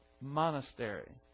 Monastery